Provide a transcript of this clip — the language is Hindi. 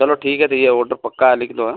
चलो ठीक है ठीक है तो ये ऑडर पक्का है लिख दो हाँ